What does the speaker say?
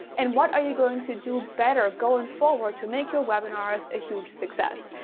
and what are you going to do better going forward to make your webinars a huge success.